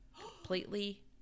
completely